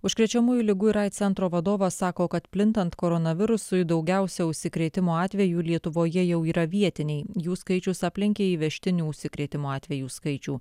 užkrečiamųjų ligų ir aids centro vadovas sako kad plintant koronavirusui daugiausia užsikrėtimo atvejų lietuvoje jau yra vietiniai jų skaičius aplenkė įvežtinių užsikrėtimo atvejų skaičių